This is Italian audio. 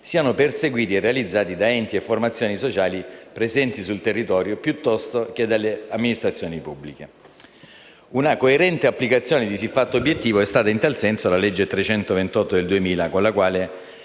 siano perseguiti e realizzati da enti o formazioni sociali presenti sul territorio, piuttosto che dalle amministrazioni pubbliche. Una coerente applicazione di siffatto obiettivo è stata, in tal senso, la legge n. 328 del 2000, con la quale